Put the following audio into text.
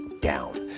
down